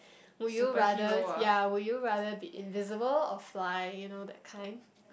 would you rather ya would you rather be invisible or fly you know that kind